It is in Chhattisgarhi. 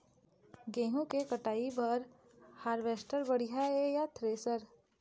गेहूं के कटाई बर हारवेस्टर बढ़िया ये या थ्रेसर?